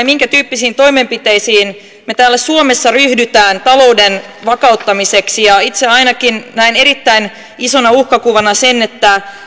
minkä tyyppisiin toimenpiteisiin me täällä suomessa ryhdymme talouden vakauttamiseksi ja itse ainakin näen erittäin isona uhkakuvana sen että